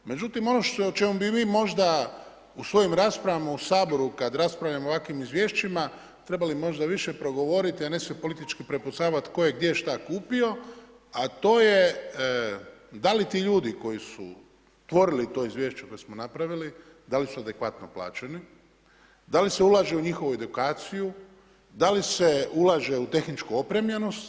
Međutim, ono o čemu bi vi možda u svojim raspravama u Saboru kad raspravljamo o ovakvim izvješćima trebali možda više progovoriti, a ne se politički prepucavati tko je gdje šta kupio, a to je da li ti ljudi koji su tvorili to izvješće koje smo napravili da li su adekvatno plaćeni, da li se ulaže u njihovu edukaciju, da li se ulaže u tehničku opremljenost.